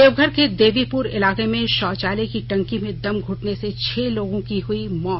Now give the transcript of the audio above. देवघर के देवीपुर इलाके में शौचालय की टंकी में दम घुटने से छह लोगों की हुई मौत